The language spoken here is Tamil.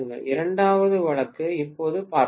இரண்டாவது வழக்கு இப்போது பார்ப்போம்